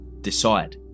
Decide